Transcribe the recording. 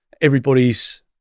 everybody's